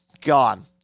Gone